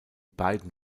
beiden